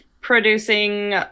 producing